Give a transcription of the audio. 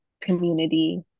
community